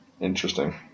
interesting